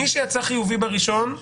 מי שיצא חיובי בבדיקה השנייה,